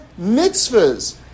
mitzvahs